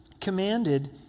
commanded